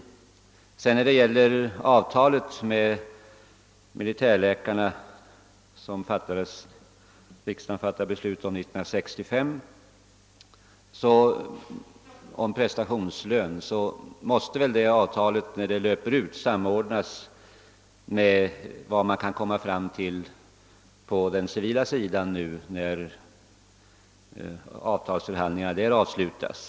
Vad sedan beträffar avtalet med militärläkarna, vilket riksdagen fattade beslut om 1965 och som innebar prestationslön, måste väl det avtalet, när det löper ut, förnyas och därvid samordnas med de bestämmelser man kan komma fram till på den civila sidan av avtalsområdet när avtalsförhandlingarna där avslutats.